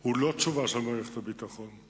הוא לא תשובה של מערכת הביטחון,